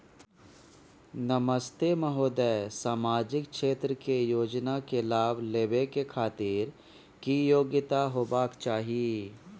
नमस्ते महोदय, सामाजिक क्षेत्र के योजना के लाभ लेबै के खातिर की योग्यता होबाक चाही?